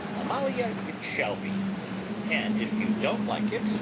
amalia it shall be and if you don't like it,